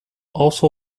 also